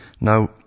Now